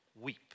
weep